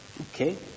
Okay